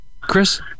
Chris